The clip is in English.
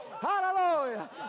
Hallelujah